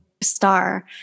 star